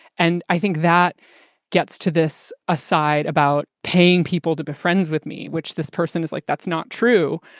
and i think that gets to this aside about paying people to be friends with me, which this person is like. that's not true.